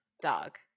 dog